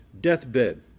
deathbed